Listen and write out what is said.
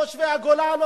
תושבי הגולן,